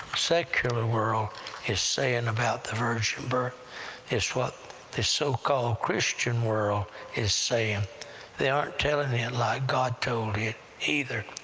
secular world is saying about the virgin birth is what the so-called christian world is saying they aren't telling it and like god told it either,